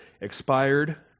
expired